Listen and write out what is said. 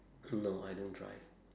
no I don't drive